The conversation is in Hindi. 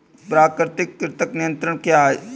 प्राकृतिक कृंतक नियंत्रण क्या है?